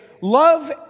love